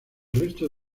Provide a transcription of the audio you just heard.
resto